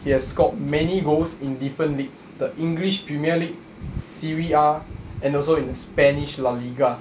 he has scored many goals in different leagues the english premier league serie A and also in the spanish la liga